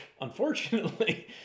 unfortunately